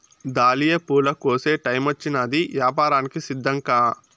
dahlia పూల కోసే టైమొచ్చినాది, యాపారానికి సిద్ధంకా